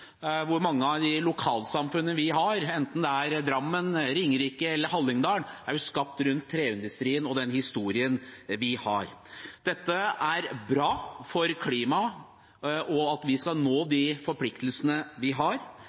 hvor mange av de lokalsamfunnene vi har, enten det er Drammen, Ringerike eller Hallingdal, er skapt rundt treindustrien og den historien vi har. Dette er bra for klimaet og for at vi skal nå de forpliktelsene vi har.